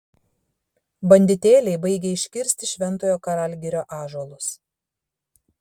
banditėliai baigia iškirsti šventojo karalgirio ąžuolus